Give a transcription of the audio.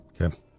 Okay